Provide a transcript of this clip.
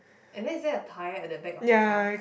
and then is there a tire at the back of the car